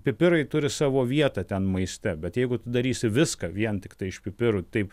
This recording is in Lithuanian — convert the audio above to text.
pipirai turi savo vietą ten maiste bet jeigu tu darysi viską vien tiktai iš pipirų taip